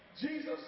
Jesus